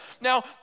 Now